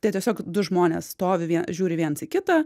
tie tiesiog du žmonės stovi žiūri viens į kitą